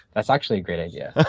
that's actually a great yeah